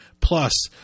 plus